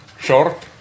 Short